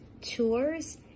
tours